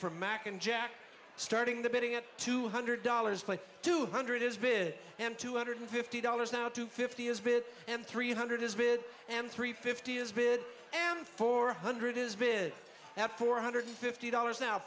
for mac and jack starting the bidding at two hundred dollars two hundred is bid and two hundred fifty dollars now two fifty is bid and three hundred is bid and three fifty is bid and four hundred is bid at four hundred fifty dollars now